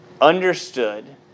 understood